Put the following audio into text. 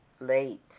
late